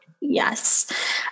Yes